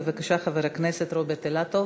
בבקשה, חבר הכנסת רוברט אילטוב.